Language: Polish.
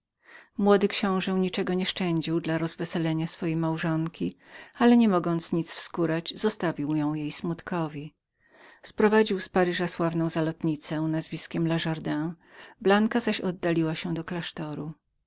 młody książe niczego nieszczędził dla rozweselenia swojej małżonki ale nie mogąc nic wskórać zostawił ją jej smutkowi sprowadził z paryża sławną zalotnicę nazwiskiem lajardin po czem blanka oddaliła się do klasztoru